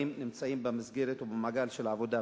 נמצאים במסגרת או במעגל של העבודה,